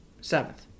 seventh